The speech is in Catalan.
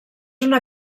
una